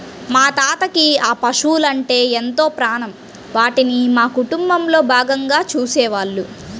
మా తాతకి ఆ పశువలంటే ఎంతో ప్రాణం, వాటిని మా కుటుంబంలో భాగంగా చూసేవాళ్ళు